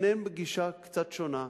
גם הן בגישה קצת שונה,